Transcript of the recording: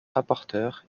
rapporteure